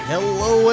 Hello